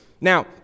now